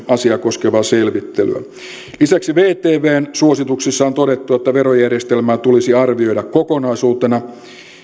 asiaa koskevaa selvittelyä lisäksi vtvn suosituksissa on todettu että verojärjestelmää tulisi arvioida kokonaisuutena